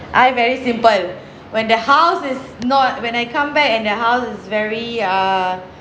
I very simple when the house is not when they come back and the house is very err